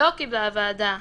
לא קיבלה הוועדה החלטה,